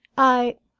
i,